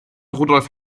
rudolf